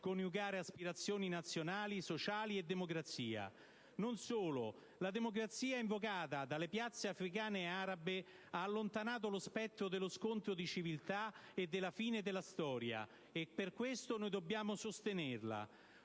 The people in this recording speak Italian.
coniugare aspirazioni nazionali e sociali e democrazia. Non solo: la democrazia invocata dalle piazze africane ed arabe ha allontanato lo spettro dello scontro di civiltà e della "fine della storia". Per questo, noi dobbiamo sostenerla.